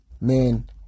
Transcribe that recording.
man